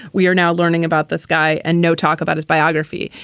we are now learning about this guy and no talk about his biography.